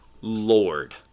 Lord